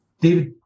David